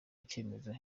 icyemezo